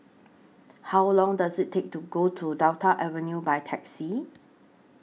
How Long Does IT Take to get to Delta Avenue By Taxi